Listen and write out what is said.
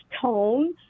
tone